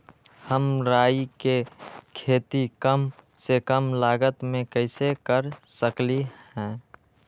हम राई के खेती कम से कम लागत में कैसे कर सकली ह?